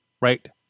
right